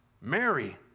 Mary